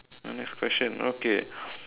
my next question okay